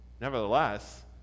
Nevertheless